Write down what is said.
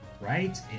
right